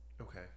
Okay